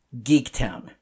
GeekTown